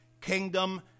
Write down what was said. kingdom